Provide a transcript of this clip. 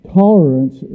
tolerance